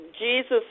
Jesus